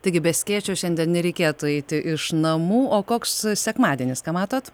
taigi be skėčio šiandien nereikėtų eiti iš namų o koks sekmadienis ką matot